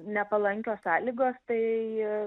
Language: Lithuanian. nepalankios sąlygos tai